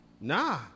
Nah